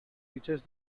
reaches